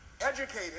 educated